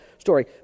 story